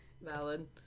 Valid